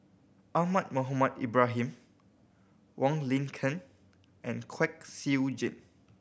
Ahmad Mohamed Ibrahim Wong Lin Ken and Kwek Siew Jin